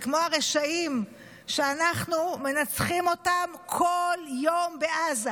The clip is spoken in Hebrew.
וכמו הרשעים שאנחנו מנצחים אותם כל יום בעזה.